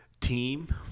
team